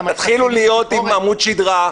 למה --- תתחילו להיות עם עמוד שדרה,